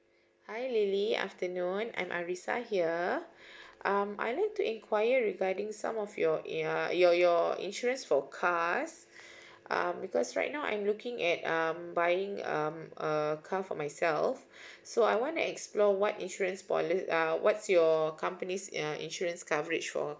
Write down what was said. hi lily afternoon I'm arrissa here um I like to inquire regarding some of your in~ your your insurance for cars um because right now I'm looking at um buying um a car for myself so I want to explore what insurance poli~ uh what's your company's uh insurance coverage for